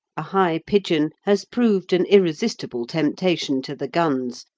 a high pigeon has proved an irresistible temptation to the guns,